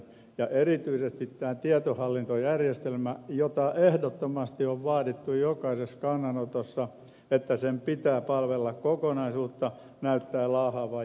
ja erityisesti tämä tietohallintojärjestelmä jota ehdottomasti on vaadittu jokaisessa kannanotossa että sen pitää palvella kokonaisuutta näyttää laahaavan jäljessä